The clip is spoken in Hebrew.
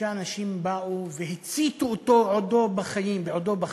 ששלושה אנשים באו והציתו אותו בעודו בחיים,